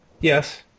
Yes